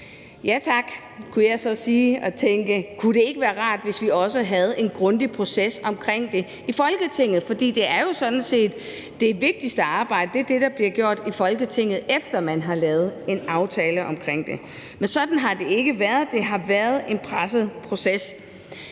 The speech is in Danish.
Ja tak, kunne jeg så sige og tænke: Kunne det ikke være rart, hvis vi også havde en grundig proces omkring det i Folketinget? For det vigtigste arbejde er jo sådan set det, der bliver gjort i Folketinget, efter at man har lavet en aftale omkring det. Men sådan har det ikke været – det har været en presset proces.